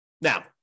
Now